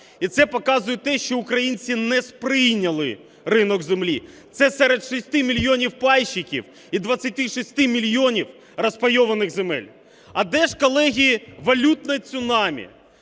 І це показує те, що українці не сприйняли ринок землі. Це серед 6 мільйонів пайщиків і 26 мільйонів розпайованих земель. А де ж, колеги, валютне цунамі?